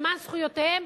למען זכויותיהם,